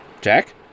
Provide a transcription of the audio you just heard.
Jack